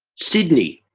sidney